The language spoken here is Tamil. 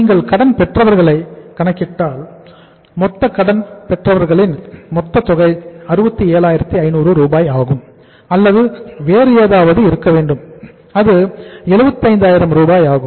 நீங்கள் கடன் பெற்றவர்களை கணக்கிட்டால் மொத்த கடன் பெற்றவர்களின் மொத்த தொகை 67500 ரூபாய் ஆகும் அல்லது வேறு ஏதாவது இருக்க வேண்டும் அது 75000 ஆகும்